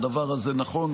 הדבר הזה נכון.